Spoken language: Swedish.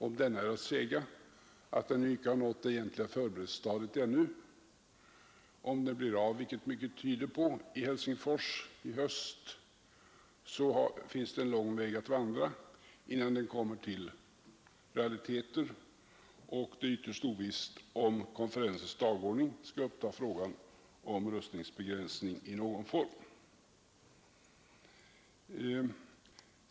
Om denna är att säga att den ju icke har nått det egentliga förberedelsestadiet ännu. Om den blir av — vilket mycket tyder på — i Helsingfors i höst är det en lång väg att vandra innan man kommer till realiteter, och det är ytterst ovisst om konferensens dagordning skall uppta frågan om rustningsbegränsning i någon form.